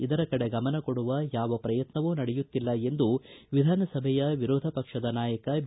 ಇದರ ಕಡೆ ಗಮನ ಕೊಡುವ ಯಾವ ಪ್ರಯತ್ನವೂ ನಡೆಯುತ್ತಿಲ್ಲ ಎಂದು ವಿಧಾನಸಭೆಯ ವಿರೋಧಪಕ್ಷದ ನಾಯಕ ಬಿ